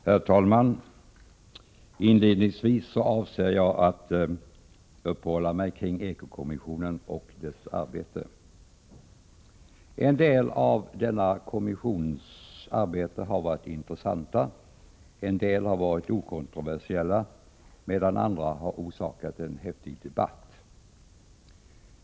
Herr talman! Inledningsvis avser jag att uppehålla mig kring ekokommissionen och dess arbete. En del av denna kommissions arbete har varit intressant, en del har varit okontroversiellt medan annat har orsakat en häftig debatt.